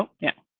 yeah.